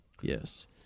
Yes